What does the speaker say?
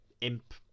imp